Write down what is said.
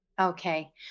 Okay